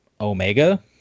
Omega